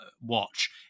watch